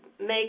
make